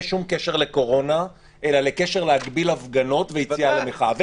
שום קשר לקורונה אלא קשר להגביל הפגנות ויציאה למחאה.